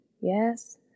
Yes